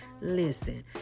listen